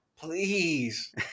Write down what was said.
Please